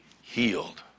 healed